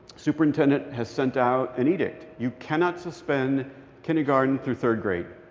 superintendent has sent out an edict. you cannot suspend kindergarten through third grade.